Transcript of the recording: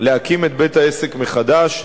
להקים את בית-העסק מחדש,